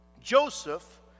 Joseph